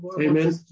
Amen